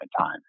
time